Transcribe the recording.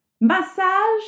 Massage